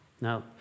Now